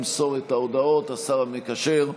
ימסור את ההודעות השר המקשר,